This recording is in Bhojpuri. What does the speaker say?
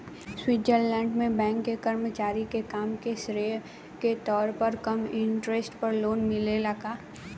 स्वीट्जरलैंड में बैंक के कर्मचारी के काम के श्रेय के तौर पर कम इंटरेस्ट पर लोन मिलेला का?